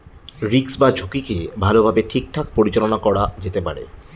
risk বা ঝুঁকিকে ভালোভাবে ঠিকঠাক পরিচালনা করা যেতে পারে